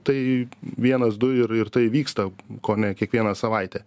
tai vienas du ir ir tai vyksta kone kiekvieną savaitę